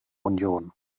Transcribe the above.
union